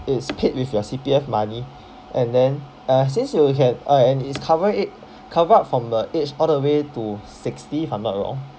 it is paid with your C_P_F money and then uh since you can uh and it's cover a~ cover up from the age all the way to sixty if I'm not wrong